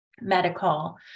medical